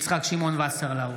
יצחק שמעון וסרלאוף,